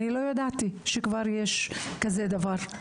אני לא ידעתי שכבר יש כזה דבר.